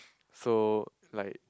so like